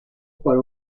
para